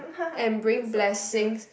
and bringing blessings